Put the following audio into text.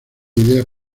ideas